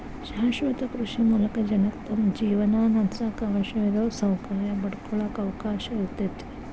ಶಾಶ್ವತ ಕೃಷಿ ಮೂಲಕ ಜನಕ್ಕ ತಮ್ಮ ಜೇವನಾನಡ್ಸಾಕ ಅವಶ್ಯಿರೋ ಸೌಕರ್ಯ ಪಡ್ಕೊಳಾಕ ಅವಕಾಶ ಇರ್ತೇತಿ